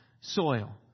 soil